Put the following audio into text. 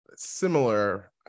similar